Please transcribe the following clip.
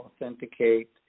authenticate